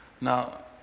Now